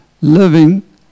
living